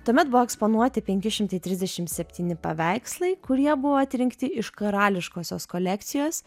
tuomet buvo eksponuoti penki šimtai trisdešimt septyni paveikslai kurie buvo atrinkti iš karališkosios kolekcijos